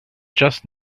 just